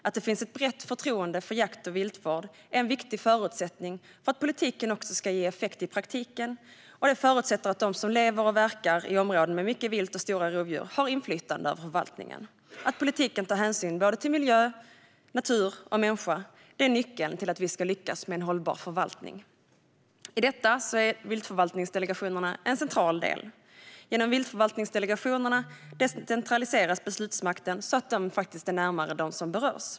Att det finns ett brett förtroende för jakt och viltvård är en viktig förutsättning för att politiken ska ge effekt i praktiken, och det förutsätter att de som lever och verkar i områden med mycket vilt och stora rovdjur har inflytande över förvaltningen. Att politiken tar hänsyn till miljö, natur och människa är nyckeln för att vi ska lyckas med en hållbar förvaltning. I detta är viltförvaltningsdelegationerna en central del. Genom viltförvaltningsdelegationerna decentraliseras beslutsmakten så att den är närmare dem som berörs.